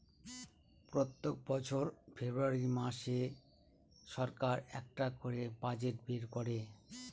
প্রত্যেক বছর ফেব্রুয়ারী মাসে সরকার একটা করে বাজেট বের করে